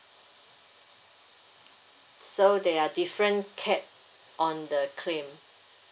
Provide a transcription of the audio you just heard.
so they are different capped on the claim